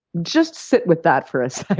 just sit with that for a second,